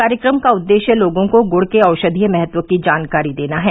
कार्यक्रम का उद्देश्य लोगों को गुड़ के औषधीय महत्व की जानकारी देना है